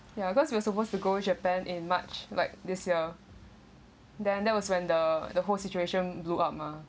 ya cause you were supposed to go japan in march like this year then that was when the the whole situation blew up mah